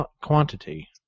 quantity